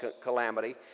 calamity